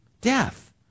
death